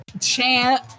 chant